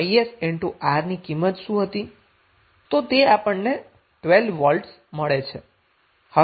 તો તે આપણને 12 વોલ્ટ મળે છે